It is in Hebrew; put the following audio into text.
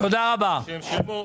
שהם שילמו.